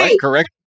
correct